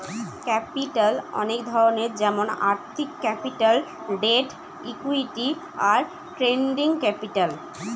capital অনেক ধরনের যেমন আর্থিক ক্যাপিটাল, ডেট, ইকুইটি, আর ট্রেডিং ক্যাপিটাল